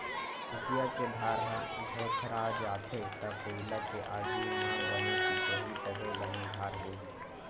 हँसिया के धार ह भोथरा जाथे त कोइला के आगी म बने तिपोही तभे बने धार होही